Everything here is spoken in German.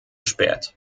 spät